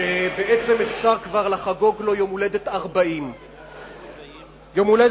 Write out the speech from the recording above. שבעצם אפשר כבר לחגוג לו יום-הולדת 40. לא,